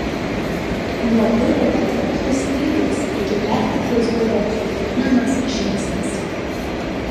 nuo biurų patalpų stygiaus iki pertekliaus buvo tik vienas žingsnis